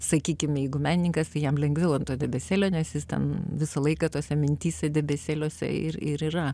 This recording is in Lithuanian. sakykim jeigu menininkas tai jam lengviau ant debesėlio nes jis ten visą laiką tose mintyse debesėliuose ir ir yra